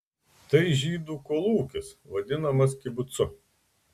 tai žydų kolūkis vadinamas kibucu